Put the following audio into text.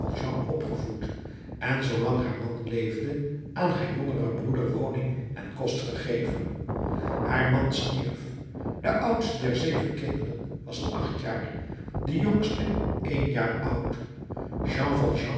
opgevoed en zoolang haar man leefde aan haar jongeren broeder woning en kost gegeven haar man stierf de oudste der zeven kinderen was acht jaar de jongste één jaar oud jean